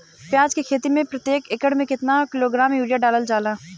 प्याज के खेती में प्रतेक एकड़ में केतना किलोग्राम यूरिया डालल जाला?